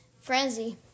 Frenzy